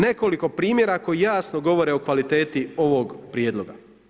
Nekoliko primjera koji jasno govore o kvaliteti ovog prijedloga.